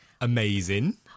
Amazing